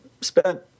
spent